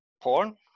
porn